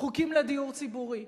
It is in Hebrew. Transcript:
חוקים לדיור ציבורי,